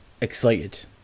excited